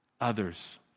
others